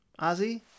Ozzy